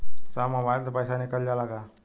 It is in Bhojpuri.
साहब मोबाइल से पैसा निकल जाला का?